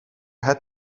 had